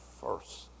first